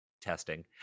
testing